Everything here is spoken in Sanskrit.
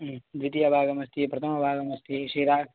द्वितीयभागमस्ति प्रथमभागमस्ति शिरा